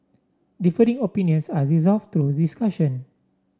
differing opinions are resolved through discussion